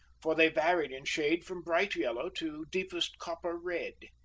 for they varied in shade from bright yellow to deepest copper-red.